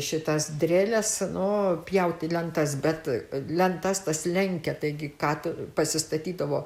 šitas dreles nu pjauti lentas bet lentas tas lenkė taigi ką tu pasistatydavo